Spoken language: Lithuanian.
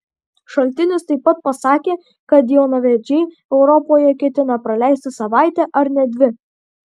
šaltinis taip pat pasakė kad jaunavedžiai europoje ketina praleisti savaitę ar net dvi